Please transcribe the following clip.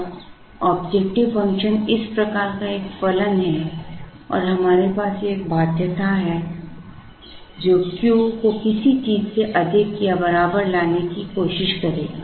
अब objective function इस प्रकार का एक फलन है और हमारे पास एक बाध्यता है जो q को किसी चीज़ से अधिक या बराबर लगाने की कोशिश करेगा